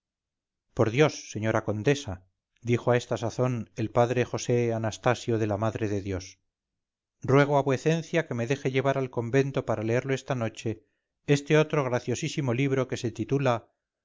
por dios señora condesa dijo a esta sazón el padre josé anastasio de la madre de dios ruego a vuecencia que me deje llevar al convento para leerlo esta noche este otro graciosísimo libro que se titula